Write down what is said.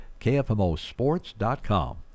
KFMOsports.com